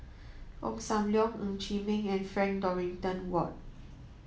Ong Sam Leong Ng Chee Meng and Frank Dorrington Ward